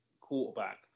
quarterback